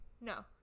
No